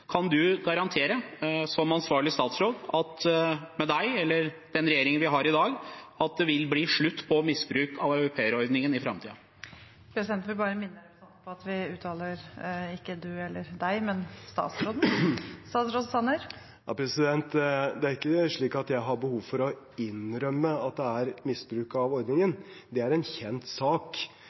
Kan du som ansvarlig statsråd garantere at med deg, eller med den regjeringen vi har i dag, vil det bli slutt på misbruk av aupairordningen i framtiden? Presidenten vil minne representanten på at vi tiltaler ikke «du» eller «deg», men «statsråden». Det er ikke slik at jeg har behov for å innrømme at det er misbruk av ordningen. Det er en kjent sak,